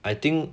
I think